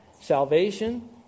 Salvation